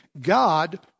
God